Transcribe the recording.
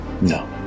No